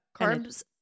carbs